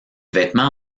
vêtements